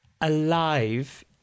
alive